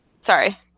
sorry